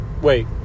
Wait